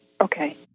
Okay